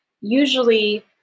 usually